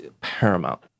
paramount